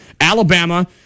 Alabama